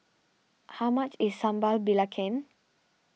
how much is Sambal Belacan